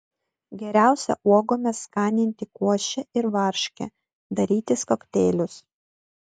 geriausia uogomis skaninti košę ir varškę darytis kokteilius